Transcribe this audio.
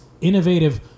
innovative